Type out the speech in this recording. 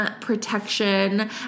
protection